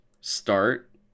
start